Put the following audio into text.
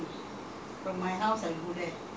from my house like that